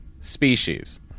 species